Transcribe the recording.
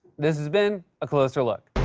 this has been a closer look.